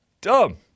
Dumb